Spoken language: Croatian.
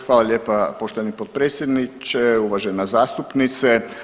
Hvala lijepa poštovani potpredsjedniče, uvažena zastupnice.